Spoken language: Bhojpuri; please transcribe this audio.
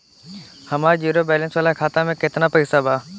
हमार जीरो बैलेंस वाला खाता में केतना पईसा बा?